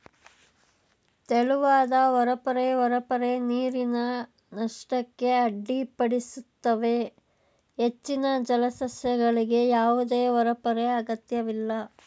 ತೆಳುವಾದ ಹೊರಪೊರೆ ಹೊರಪೊರೆ ನೀರಿನ ನಷ್ಟಕ್ಕೆ ಅಡ್ಡಿಪಡಿಸುತ್ತವೆ ಹೆಚ್ಚಿನ ಜಲಸಸ್ಯಗಳಿಗೆ ಯಾವುದೇ ಹೊರಪೊರೆ ಅಗತ್ಯವಿಲ್ಲ